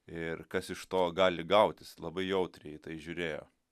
ir kas iš to gali gautis labai jautriai į tai žiūrėjo